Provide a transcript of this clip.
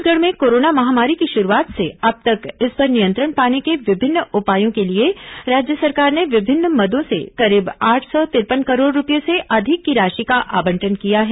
छत्तीसगढ़ में कोरोना महामारी की शुरूआत से अब तक इस पर नियंत्रण पाने के विभिन्न उपायों के लिए राज्य सरकार ने विभिन्न मदों से करीब आठ सौ तिरपन करोड़ रूपये से अधिक की राशि का आवंटन किया है